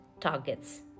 targets